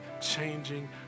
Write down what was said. changing